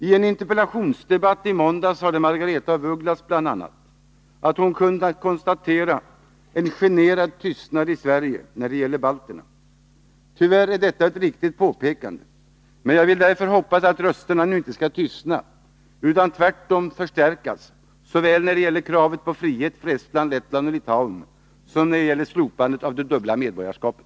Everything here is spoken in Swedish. I en interpellationsdebatt i måndags sade Margaretha af Ugglas bl.a. att hon kunnat konstatera att det varit ”en generad tystnad i Sverige” när det gäller balterna. Tyvärr är detta ett riktigt påpekande, och jag vill därför hoppas att rösterna nu inte skall tystna utan tvärtom förstärkas såväl när det gäller kravet på frihet för Estland, Lettland och Litauen som när det gäller slopandet av det dubbla medborgarskapet.